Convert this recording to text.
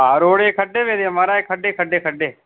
आं रोड़े खड्डे पेदे महाराज खड्डे खड्डे खड्डे